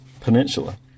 peninsula